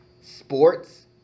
sports